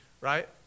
right